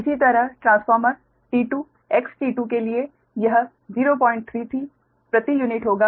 इसी तरह transformer T2 XT2 के लिए यह 033 प्रति यूनिट होगा